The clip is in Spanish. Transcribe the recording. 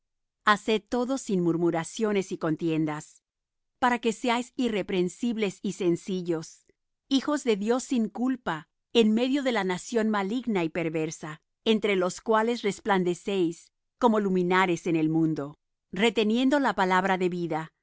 haced todo sin murmuraciones y contiendas para que seáis irreprensibles y sencillos hijos de dios sin culpa en medio de la nación maligna y perversa entre los cuales resplandecéis como luminares en el mundo reteniendo la palabra de vida